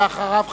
ואחריו,